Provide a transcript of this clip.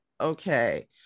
okay